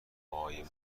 های